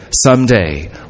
someday